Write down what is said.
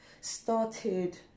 started